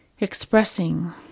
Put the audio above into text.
expressing